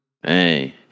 hey